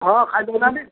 ହଁ ଖାଇ ଦେଉନାହାଁନ୍ତି